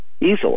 easily